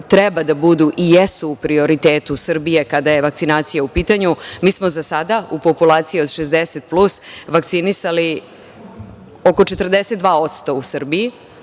treba da budu i jesu u prioritetu Srbije kada je vakcinacija u pitanju. Mi smo za sada u populaciji od 60 plus vakcinisali oko 42% u Srbiji.